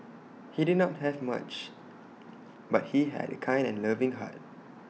he did not have much but he had A kind and loving heart